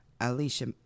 Alicia